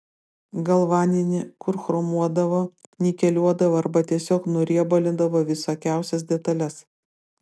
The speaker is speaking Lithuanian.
galvaninį kur chromuodavo nikeliuodavo arba tiesiog nuriebalindavo visokiausias detales